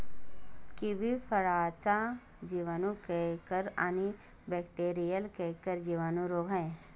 kiwi फळाचा जिवाणू canker आणि बॅक्टेरीयल कैंकर जिवाणू रोग आहे